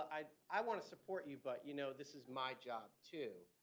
i i want to support you, but, you know, this is my job, too.